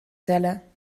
tellen